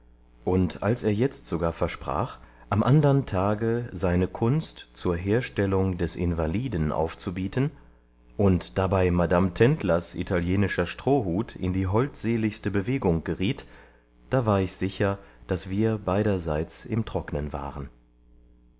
und als er jetzt sogar versprach am andern tage seine kunst zur herstellung des invaliden aufzubieten und dabei madame tendlers italienischer strohhut in die holdseligste bewegung geriet da war ich sicher daß wir beiderseits im trocknen waren